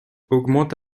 augmente